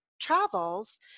travels